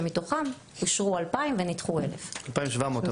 שמתוכם אושרו 2,7000 ונדחו 1,000. זה כלום.